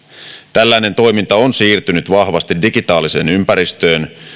tällainen toiminta on siirtynyt vahvasti digitaaliseen ympäristöön